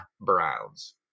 Browns